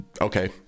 okay